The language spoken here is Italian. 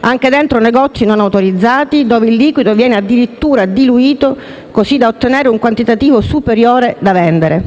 anche dentro negozi non autorizzati dove il liquido viene addirittura diluito così da ottenere un quantitativo superiore da vendere.